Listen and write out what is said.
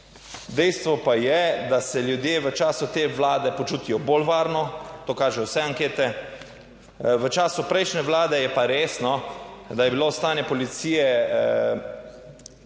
Dejstvo pa je, da se ljudje v času te Vlade počutijo bolj varno? To kažejo vse ankete, v času prejšnje vlade je pa res, da je bilo stanje policije v tako